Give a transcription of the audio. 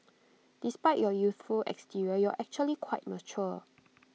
despite your youthful exterior you're actually quite mature